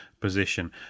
position